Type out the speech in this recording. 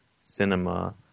cinema